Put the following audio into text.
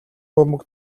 бөмбөг